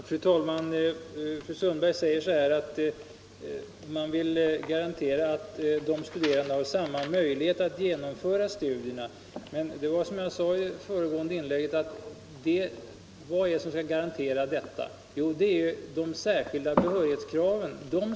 Fru talman! Fru Sundberg säger att man vill garantera att de studerande har samma möjlighet att genomföra studierna. Som jag sade i mitt förra anförande garanteras detta genom de särskilda behörighetskraven.